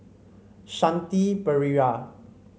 Shanti Pereira